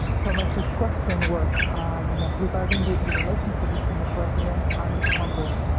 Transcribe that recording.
so my first question was regarding the the relationship between the president and the congress.